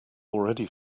already